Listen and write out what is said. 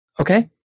okay